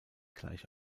gleich